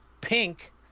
pink